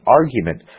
argument